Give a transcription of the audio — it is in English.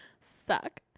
suck